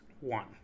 one